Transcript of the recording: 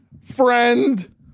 friend